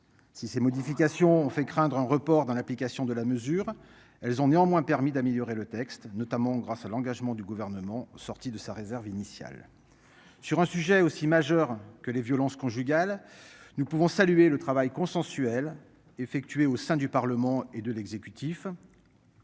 Si ces modifications ont fait craindre un report dans l'application de la mesure. Elles ont néanmoins permis d'améliorer le texte, notamment grâce à l'engagement du gouvernement sorti de sa réserve initiale. Sur un sujet aussi majeur que les violences conjugales. Nous pouvons saluer le travail consensuel effectués au sein du Parlement et de l'exécutif.